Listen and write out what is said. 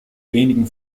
wenigen